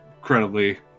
incredibly